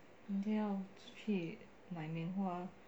明天要去买棉花